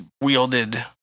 wielded